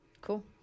Cool